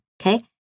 okay